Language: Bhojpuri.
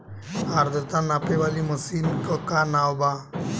आद्रता नापे वाली मशीन क का नाव बा?